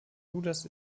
judas